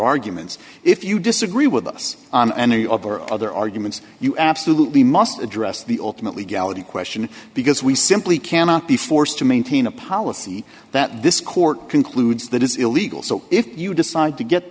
arguments if you disagree with us on any of our other arguments you absolutely must address the ultimately galatea question because we simply cannot be forced to maintain a policy that this court concludes that is illegal so if you decide to get